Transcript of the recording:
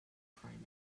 primary